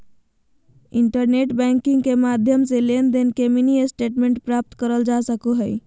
internet banking के माध्यम से लेनदेन के मिनी स्टेटमेंट प्राप्त करल जा सको हय